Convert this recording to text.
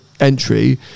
entry